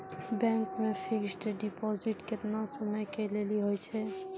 Bank मे fixed deposit केतना समय के लेली होय छै?